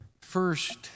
first